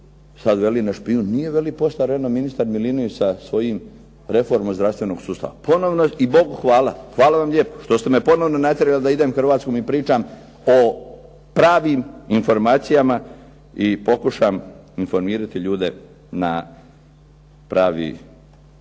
Sad veli na špijun nije veli poštar, eno ministar Milinović sa svojom reformom zdravstvenog sustava. Ponovno i Bogu hvala, hvala lijepo što ste me ponovno natjerali da idem Hrvatskom i pričam o pravim informacijama i pokušam informirati ljude na pravi način.